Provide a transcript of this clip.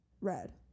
red